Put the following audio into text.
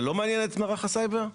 זה לא מעניין את מערך הסייבר?